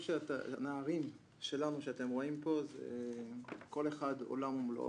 הנערים שלנו שאתם רואים פה, כל אחד עולם ומלואו.